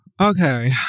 Okay